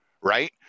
right